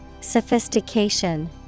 Sophistication